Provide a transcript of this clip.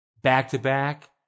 Back-to-back